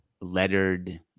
lettered